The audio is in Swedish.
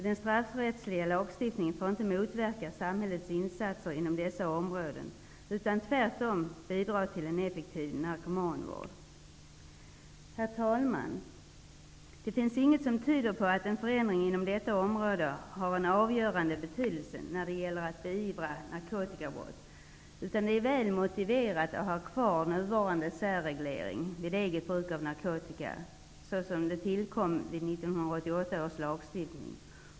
Den straffrättsliga lagstiftningen får inte motverka samhällets insatser inom dessa områden, utan den skall tvärtom bidra till en effektiv narkomanvård. Herr talman! Det finns inget som tyder på att en förändring inom detta område har en avgörande betydelse när det gäller att beivra narkotikabrott. Det är väl motiverat att ha kvar nuvarande särreglering vid eget bruk av narkotika, som tillkom vid 1988 års lagstiftning.